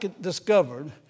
discovered